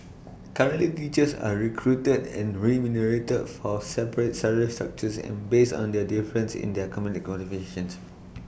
currently teachers are recruited and remunerated for separate salary structures and based on their difference in their academic qualifications